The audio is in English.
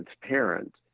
transparent